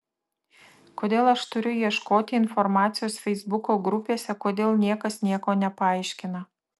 kodėl aš turiu ieškoti informacijos feisbuko grupėse kodėl niekas nieko nepaaiškina